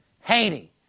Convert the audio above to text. Haney